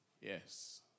Yes